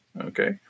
Okay